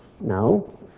No